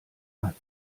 hat